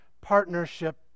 partnership